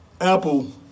Apple